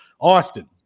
Austin